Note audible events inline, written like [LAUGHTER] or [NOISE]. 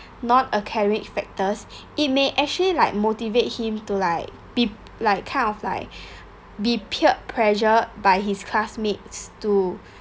non academic factors it may actually like motivate him to like be like kind of like [BREATH] be peer pressure by his classmates to